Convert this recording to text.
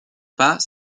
pas